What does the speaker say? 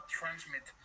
transmit